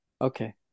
okay